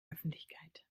öffentlichkeit